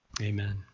amen